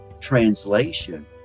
translation